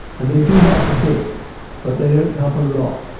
and they do help a bit but they don't help a lot.